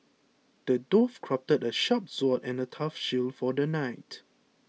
the dwarf crafted a sharp sword and a tough shield for the knight